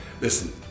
Listen